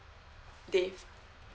dave